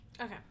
okay